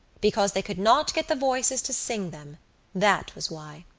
because they could not get the voices to sing them that was why.